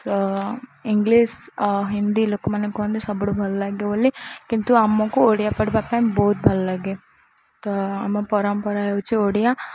ତ ଇଂଲିଶ ହିନ୍ଦୀ ଲୋକମାନେ କୁହନ୍ତି ସବୁଠୁ ଭଲ ଲାଗେ ବୋଲି କିନ୍ତୁ ଆମକୁ ଓଡ଼ିଆ ପଢ଼ିବା ପାଇଁ ବହୁତ ଭଲ ଲାଗେ ତ ଆମ ପରମ୍ପରା ହେଉ ଓଡ଼ିଆ